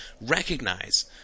recognize